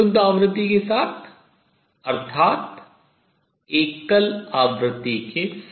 शुद्ध आवृत्ति के साथ अर्थात एकल आवृत्ति के साथ